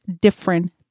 different